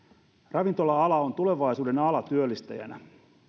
ravintola ala on tulevaisuuden ala työllistäjänä